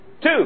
Two